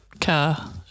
car